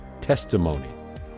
testimony